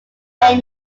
ten